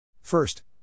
First